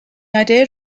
idea